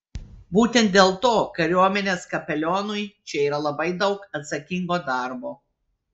būtent dėl to kariuomenės kapelionui čia yra labai daug atsakingo darbo